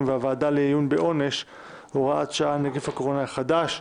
והוועדה לעיון בעונש (הוראת שעה נגיף הקורונה החדש).